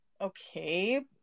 okay